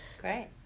great